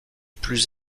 plus